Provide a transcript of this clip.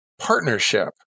partnership